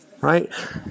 Right